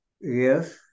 Yes